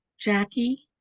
Jackie